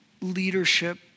leadership